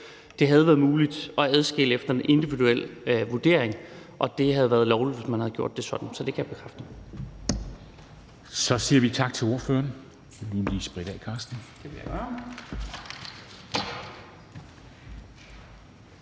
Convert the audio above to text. det havde været muligt at adskille efter en individuel vurdering. Og det havde været lovligt, hvis man havde gjort det sådan. Så det kan jeg bekræfte. Kl. 14:21 Formanden